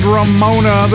Ramona